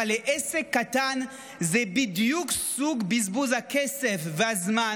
אבל לעסק קטן זה בדיוק סוג בזבוז הכסף והזמן